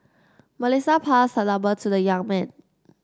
Melissa passed her number to the young man